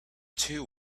two